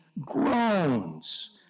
groans